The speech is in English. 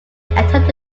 attempted